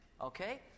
okay